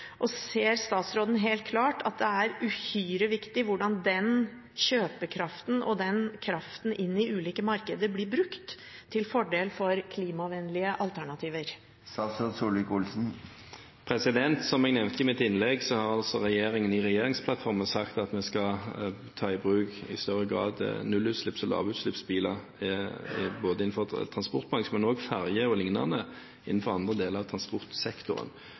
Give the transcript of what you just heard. innkjøpskraft. Ser statsråden helt klart at det er uhyre viktig hvordan den kjøpekraften inn i ulike markeder blir brukt til fordel for klimavennlige alternativer? Som jeg nevnte i mitt innlegg, har regjeringen sagt i regjeringsplattformen at vi i større grad skal ta i bruk nullutslipps- og lavutslippsteknologi på biler innenfor transportbransjen, men også på ferger o.l. innenfor andre deler av transportsektoren.